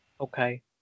Okay